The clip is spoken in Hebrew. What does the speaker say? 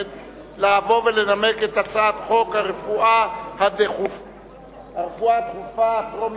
לבוא ולנמק את הצעת חוק הרפואה הדחופה הטרום-אשפוזית,